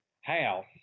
house